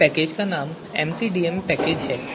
इस पैकेज का नाम एमसीडीएम पैकेज है